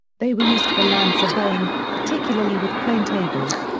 they were used for land surveying, particularly with plane tables.